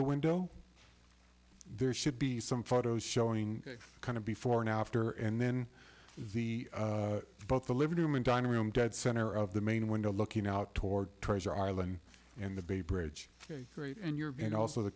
the window there should be some photos showing kind of before and after and then the both the living room and dining room dead center of the main window looking out toward treasure island and the bay bridge a great and your and also the